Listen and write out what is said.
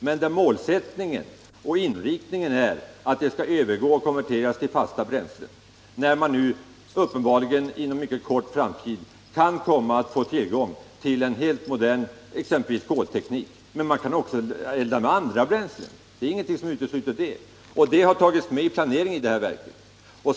Men målsättningen och inriktningen är att det skall konverteras till fasta bränslen när man, uppenbarligen inom en mycket kort framtid, kan få tillgång till exempelvis en helt modern kolteknik. Man kan också elda med andra fasta bränslen. Det är inget som utesluter det. Det har tagits med i planeringen för det här värmeverket.